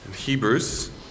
Hebrews